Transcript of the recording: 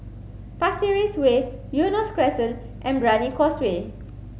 Pasir Ris Way Eunos Crescent and Brani Causeway